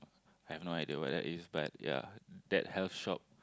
I have no idea what that is but ya that health shop